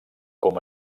com